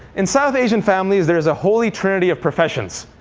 in south asian families, there's a holy trinity of professions.